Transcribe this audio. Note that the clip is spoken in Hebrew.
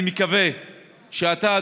אני מקווה שאתה,